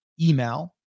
email